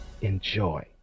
Enjoy